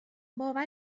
باور